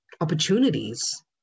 opportunities